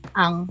ang